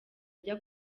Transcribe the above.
ajya